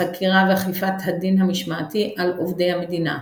חקירה ואכיפת הדין המשמעתי על עובדי המדינה.